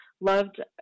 loved